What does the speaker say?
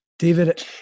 David